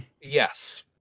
Yes